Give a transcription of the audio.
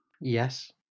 Yes